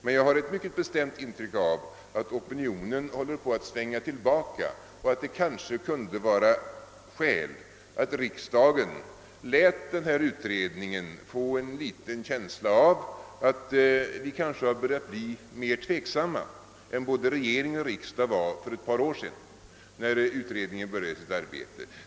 Men jag har ett mycket bestämt intryck av att opinionen håller på att svänga tillbaka och att det kunde vara skäl att riksdagen lät utredningen få en känsla av att vi kanske har börjat bli mera tveksamma än både regering och riksdag var för ett par år sedan, när utredningen började sitt arbete.